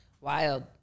Wild